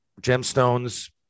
Gemstones